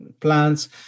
plants